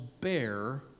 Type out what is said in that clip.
bear